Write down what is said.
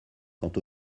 quant